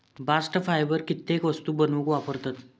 bast fibre कित्येक वस्तू बनवूक वापरतत